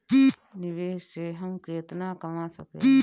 निवेश से हम केतना कमा सकेनी?